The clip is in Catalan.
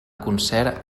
concert